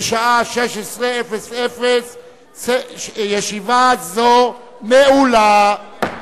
בשעה 16:00. ישיבה זו נעולה.